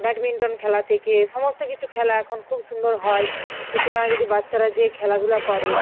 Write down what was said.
badminton খেলা থেকে সমস্ত কিছু খেলা এখন খুব সুন্দর হয় তো সেখানে যদি বাচ্চারা গিয়ে খেলাধুলা করে